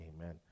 Amen